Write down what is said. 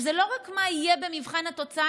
זה לא רק מה יהיה במבחן התוצאה.